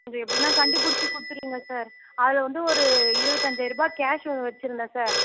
அது எப்படின்னா கண்டு பிடிச்சி கொடுத்துருங்க சார் அதில் வந்து ஒரு இருபத்தஞ்சாயிருபா கேஷ் வச்சுருந்தேன் சார்